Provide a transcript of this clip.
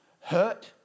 hurt